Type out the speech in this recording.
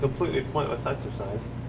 completely pointless exercise.